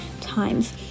times